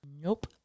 Nope